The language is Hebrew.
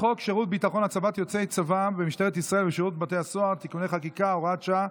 (תיקוני חקיקה) (הוראת שעה)